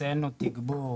הקצנו תגבור